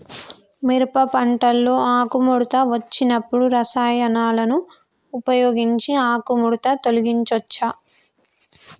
మిరప పంటలో ఆకుముడత వచ్చినప్పుడు రసాయనాలను ఉపయోగించి ఆకుముడత తొలగించచ్చా?